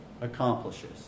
accomplishes